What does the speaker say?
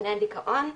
ביניהם דיכאון,